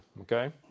Okay